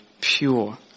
pure